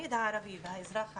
התלמיד הערבי, והאזרח הערבי,